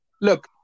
Look